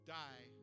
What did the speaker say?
die